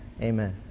Amen